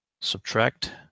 Subtract